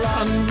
Run